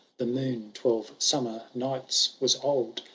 the moon twelve summer nights was old,